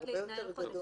הנזק הרבה יותר גדול.